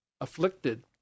afflicted